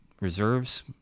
Reserves